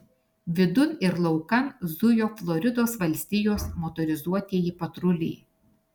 vidun ir laukan zujo floridos valstijos motorizuotieji patruliai